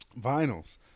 Vinyls